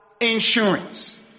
insurance